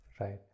Right